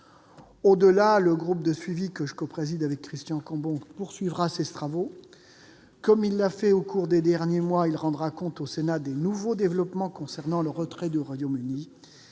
Le groupe de suivi, que je copréside avec Christian Cambon, poursuivra ses travaux. Comme il l'a fait au cours des derniers mois, il rendra compte au Sénat des nouveaux développements concernant le retrait du Royaume-Uni.